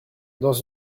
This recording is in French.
dans